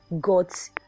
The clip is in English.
God's